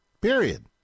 period